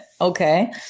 Okay